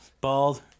bald